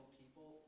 people